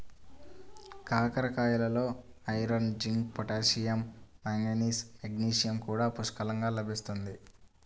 కాకరకాయలలో iron, zinc, potassium, manganese, magnesium కూడా పుష్కలంగా లభిస్తుంది